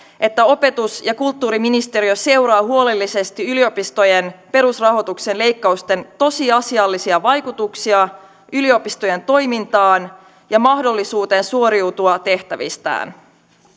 että opetus ja kulttuuriministeriö seuraa huolellisesti yliopistojen perusrahoituksen leikkausten tosiasiallisia vaikutuksia yliopistojen toimintaan ja mahdollisuuteen suoriutua tehtävistään